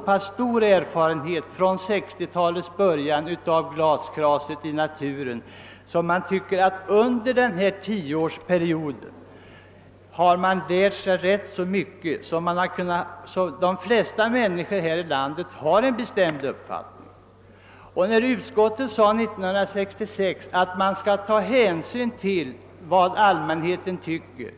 få stor erfarenhet av vad krossat glas i naturen kan föra med sig. Under en tioårsperiod har vi lärt oss så mycket att de flesta människor här i landet nu har en bestämd uppfattning därom. Utskottet uttalade 1966 att hänsyn bör tas till vad allmänheten tycker.